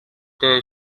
day